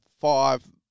five